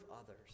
others